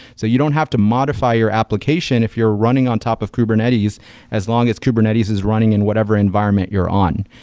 so you don't have to modify your application if you're running on top of kubernetes as long as kubernetes is running in whatever environment you're on.